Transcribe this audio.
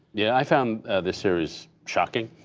yeah i found this series shocking.